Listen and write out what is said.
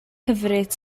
hyfryd